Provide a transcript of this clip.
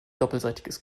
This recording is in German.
doppelseitiges